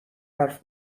حرف